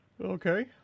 okay